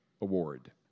Award